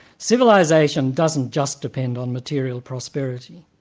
civilisation doesn't just depend on material prosperity,